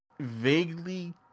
vaguely